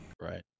Right